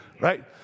right